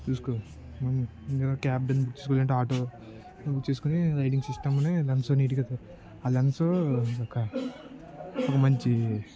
చూసుకో మ cab book చేసుకో లేదంటే ఆటో బుక్ చేసుకొని లైటింగ్ సిస్టమ్ అది లెన్స్ నీట్గా ఆ లెన్స్ ఒక ఒక మంచి